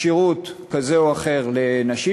שירות כזה או אחר לנשים,